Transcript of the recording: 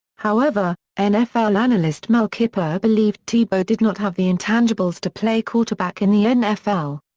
however, nfl analyst mel kiper believed tebow did not have the intangibles to play quarterback in the nfl.